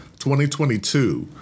2022